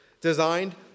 designed